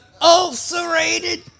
ulcerated